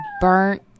burnt